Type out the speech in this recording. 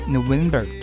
November